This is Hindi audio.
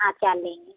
हाँ चार लेंगे